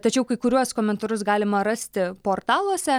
tačiau kai kuriuos komentarus galima rasti portaluose